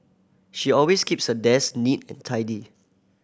she always keeps her desk neat and tidy